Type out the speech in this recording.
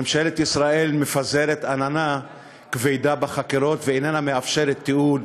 ממשלת ישראל מפזרת עננה כבדה בחקירות ואיננה מאפשרת תיעוד,